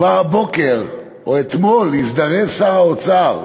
כבר הבוקר, או אתמול, הזדרז שר האוצר,